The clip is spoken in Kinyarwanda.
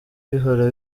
bihora